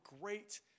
great